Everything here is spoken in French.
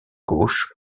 gauche